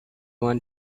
want